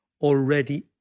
already